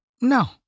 No